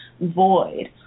void